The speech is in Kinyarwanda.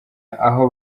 aho